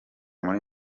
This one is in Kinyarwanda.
muri